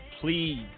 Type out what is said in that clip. please